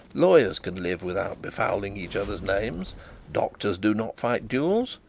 lawyers can live without befouling each other's names doctors do not fight duels.